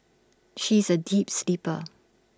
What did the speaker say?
she is A deep sleeper